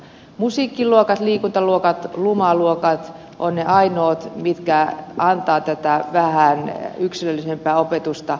musiikkiluokat liikuntaluokat luma luokat ovat ne ainoat mitkä antavat vähän yksilöllisempää opetusta